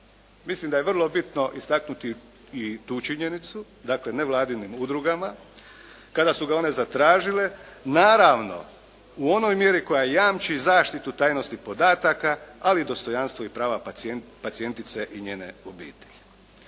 Mislim da je vrlo bitno istaknuti i tu činjenicu, dakle nevladinim udrugama kada su ga one zatražile, naravno u onoj mjeri koja jamči zaštitu tajnosti podataka, ali i dostojanstvo i prava pacijentice i njene obitelji.